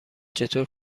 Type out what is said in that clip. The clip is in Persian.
چطور